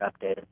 updated